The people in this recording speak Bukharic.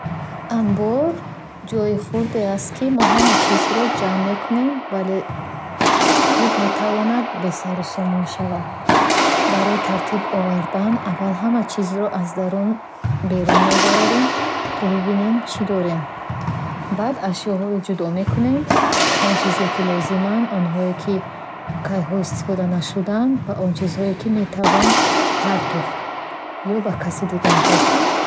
Анбор ҷои хурде, ки мо ҳама чизро ҷамъ мекунем, вале зуд метавонад бесарусомон шавад. Барои тартиб овардан, аввал ҳама чизро аз дарун берун мебарорем, то бубинем чӣ дорем. Баъд ашёҳоро ҷудо мекунем. Он чизҳое, ки лозиманд, онҳое, ки кайҳо истифода нашудаанд, ва он чизҳое, ки метавон партофт ё ба каси дигар дод.